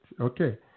Okay